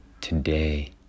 Today